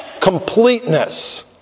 completeness